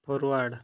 forward